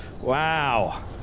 Wow